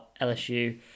LSU